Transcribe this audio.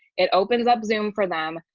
it opens up zoom for them.